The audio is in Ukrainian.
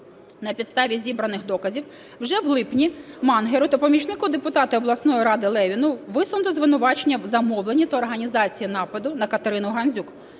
На підставі зібраних доказів вже в липні Мангеру та помічнику депутата обласної ради Левіну висунуте звинувачення в замовленні та організації нападу на Катерину Гандзюк,